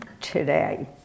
today